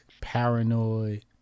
paranoid